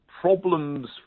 problems